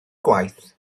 gwaith